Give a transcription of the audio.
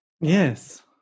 Yes